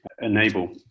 enable